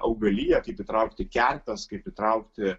augaliją kaip įtraukti kerpes kaip įtraukti